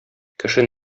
кеше